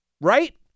right